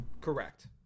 Correct